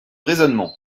raisonnement